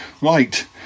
Right